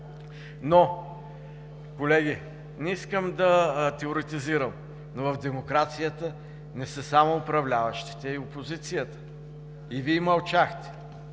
Колеги, не искам да теоретизирам, но в демокрацията не са само управляващите, а и опозицията. И Вие мълчахте!